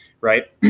right